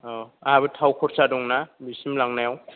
औ आंहाबो थाव खरसा दं ना बिसिम लांनायाव